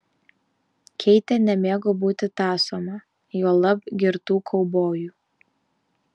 keitė nemėgo būti tąsoma juolab girtų kaubojų